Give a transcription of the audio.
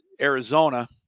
Arizona